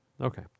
Okay